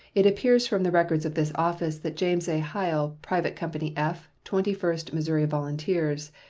it appears from the records of this office that james a. hile, private company f, twenty-first missouri volunteers,